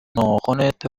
ناخنت